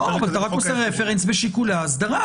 לא, אבל אתה רק עושה רפרנס בשיקולי האסדרה.